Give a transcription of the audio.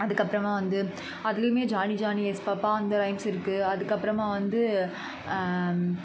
அதுக்கப்புறமா வந்து அதிலயுமே ஜானி ஜானி எஸ் பாப்பா அந்த ரைம்ஸ் இருக்குது அதுக்கப்புறமா வந்து